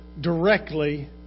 directly